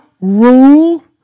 rule